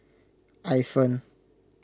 Ifan